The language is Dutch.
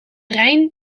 rijn